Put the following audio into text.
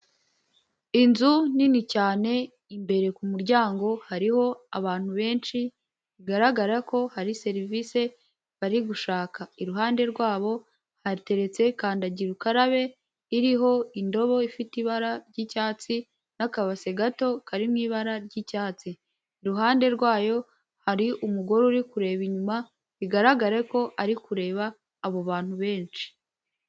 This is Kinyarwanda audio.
Inzu nini cyane imbere ku muryango hariho abantu benshi, bigaragara ko hari serivise bari gushaka. Iruhande rwabo hateretse kandagira ukarabe, iriho indobo ifite ibara ry'icyatsi n'akabase gato kari mu ibara ry'icyatsi. Iruhande rwayo hari umugore uri kureba inyuma, bigaragare ko ari kureba abo bantu benshi.